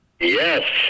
Yes